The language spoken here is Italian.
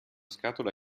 scatola